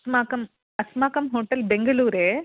अस्माकम् अस्माकं होटेल् बेङ्गलूरे